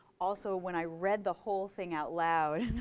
also, when i read the whole thing out loud,